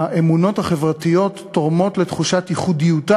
האמונות החברתיות תורמות לתחושת ייחודיותה